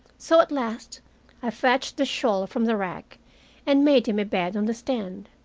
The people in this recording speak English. so at last i fetched the shawl from the rack and made him a bed on the stand.